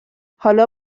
حالا